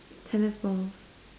tennis balls